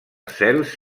cels